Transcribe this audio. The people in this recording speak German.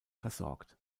versorgt